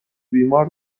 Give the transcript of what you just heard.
بیمار